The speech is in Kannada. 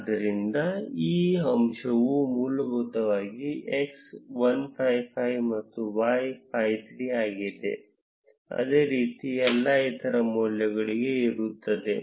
ಆದ್ದರಿಂದ ಈ ಅಂಶವು ಮೂಲಭೂತವಾಗಿ x 155 ಮತ್ತು y 53 ಆಗಿದೆ ಅದೇ ರೀತಿ ಎಲ್ಲಾ ಇತರ ಮೌಲ್ಯಗಳಿಗೆ ಇರುತ್ತದೆ